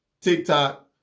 TikTok